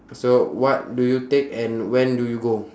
so what do you take and when do you go